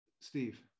Steve